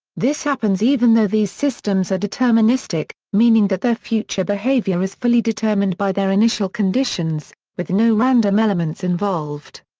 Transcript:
this happens even though these systems are deterministic, meaning that their future behavior is fully determined by their initial conditions, with no random elements involved.